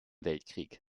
weltkrieg